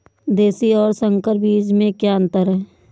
देशी और संकर बीज में क्या अंतर है?